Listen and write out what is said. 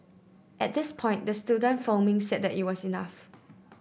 at this point the student filming said that it was enough